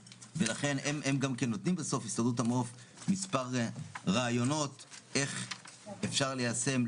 ולכן הם גם כן נותנים בסוף הסתדרות המעוף מספר רעיונות איך אפשר ליישם.